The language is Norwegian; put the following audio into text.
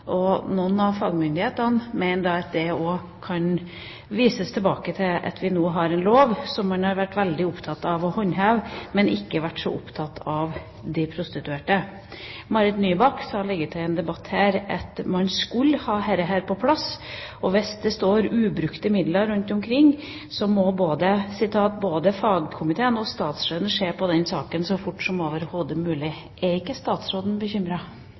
og noen fagmyndigheter mener at det kan føres tilbake til at vi nå har fått en lov som man har vært veldig opptatt av å håndheve, men at man ikke har vært så opptatt av de prostituerte. Marit Nybakk sa i en debatt i Stortinget at man skulle ha dette på plass, og at hvis det sto ubrukte midler rundt omkring, måtte både fagkomiteen og statsråden se på den saken så fort som overhodet mulig. Er ikke statsråden